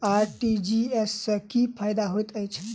RTGS सँ की फायदा होइत अछि?